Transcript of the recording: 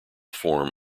form